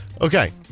Okay